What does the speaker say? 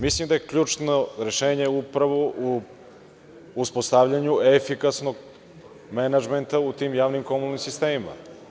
Mislim da je ključno rešenje upravo u uspostavljanju efikasnog menadžmenta u tim javnim, komunalnim sistemima.